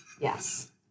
Yes